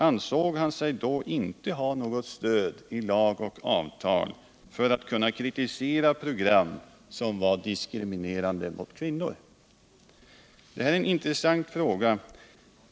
Ansåg han sig då inte ha något stöd i lag och avtal för att kritisera program som var diskriminerande mot kvinnor? Det här är en intressant fråga.